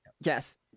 Yes